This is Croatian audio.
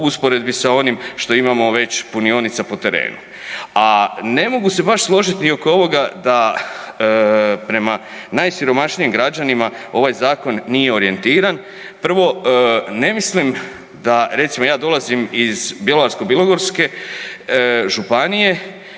usporedbi sa onim što imamo već punionica po terenu. A ne mogu se baš složit ni oko ovoga da prema najsiromašnijim građanima ovaj zakon nije orijentiran. Prvo, ne mislim da, recimo ja dolazim iz Bjelovarsko-bilogorske županije